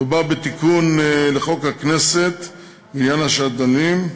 מדובר בתיקון לחוק הכנסת בעניין השדלנים,